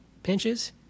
pinches